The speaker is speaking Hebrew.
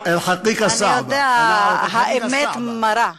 להלן תרגומם הסימולטני לעברית: האמת מרה.